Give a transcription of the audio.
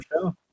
show